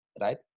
right